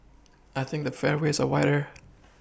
I think the fairways are wider